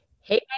Hey